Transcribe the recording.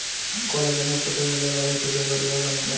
collagen में protein मिलेला एही से देह बरियार बनेला